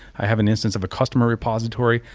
i have an instance of a customer repository.